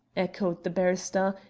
echoed the barrister,